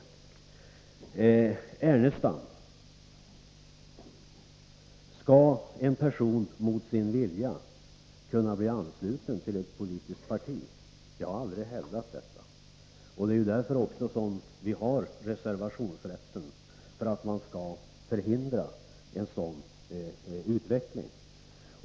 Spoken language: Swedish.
Lars Ernestam frågade: Skall en person mot sin vilja kunna bli ansluten till ett politiskt parti? Jag har aldrig hävdat detta. Vi har reservationsrätten, för att man skall hindra en sådan utveckling.